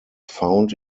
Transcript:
found